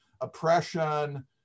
oppression